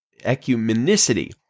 ecumenicity